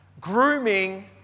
Grooming